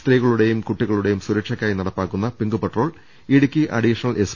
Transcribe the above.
സ്ത്രീകളുടെയും കുട്ടികളുടെയും സുരക്ഷയ്ക്കായി നടപ്പാക്കുന്ന pink patrol Idukki additional S